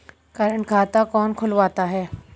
Current खाता कौन खुलवाता है?